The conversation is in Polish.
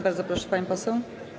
Bardzo proszę, pani poseł.